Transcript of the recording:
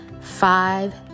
five